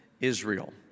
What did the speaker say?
Israel